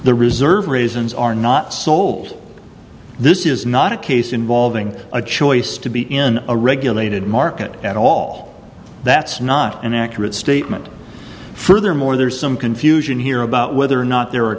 the reserve regimes are not sold this is not a case involving a choice to be in a regulated market at all that's not an accurate statement furthermore there's some confusion here about whether or not there are